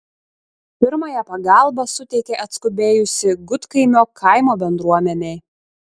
pirmąją pagalbą suteikė atskubėjusi gudkaimio kaimo bendruomenė